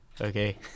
Okay